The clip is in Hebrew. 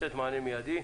לתת מענה מיידי.